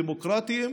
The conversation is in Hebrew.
דמוקרטיים,